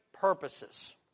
purposes